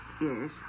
Yes